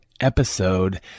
episode